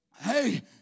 Hey